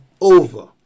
over